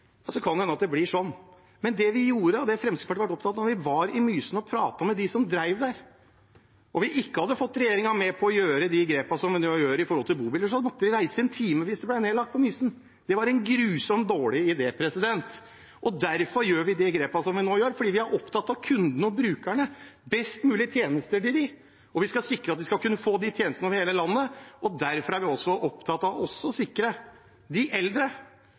det vi gjorde, og det Fremskrittspartiet har vært opptatt av: Vi var på Mysen og pratet med dem som drev der, og om vi ikke hadde fått regjeringen med på å ta de grepene som en nå gjør når det gjelder bobiler, så måtte man reise i én time hvis det ble nedlagt på Mysen. Det var en grusomt dårlig idé. Derfor tar vi de grepene vi nå gjør – fordi vi er opptatt av kundene og brukerne og best mulig tjenester til dem, og vi skal sikre at de skal kunne få de tjenestene over hele landet. Vi er derfor også opptatt av å sikre de eldre,